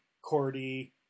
Cordy